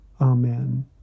Amen